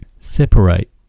separate